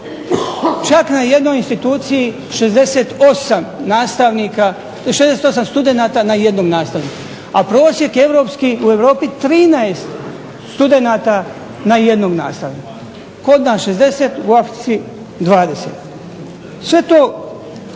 Čak na jednoj instituciji 68 studenata na jednom nastavniku, a prosjek europski u Europi 13 studenata na jednog nastavnika. Kod nas 60, u Africi 20. Sve to